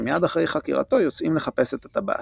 שמיד אחרי חקירתו יוצאים לחפש את הטבעת.